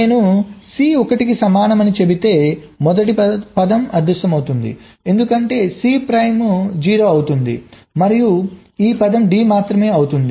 నేను సి 1 కి సమానమని చెబితే మొదటి పదం అదృశ్యమవుతుంది ఎందుకంటే Cప్రైమ్ 0 అవుతుంది మరియు ఈ పదం D మాత్రమే అవుతుంది